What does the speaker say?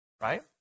right